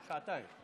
שעתיים.